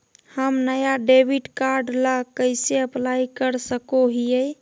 हम नया debit card ला कइसे अप्लाई कर सको हियै?